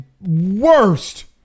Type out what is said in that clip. worst